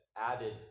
added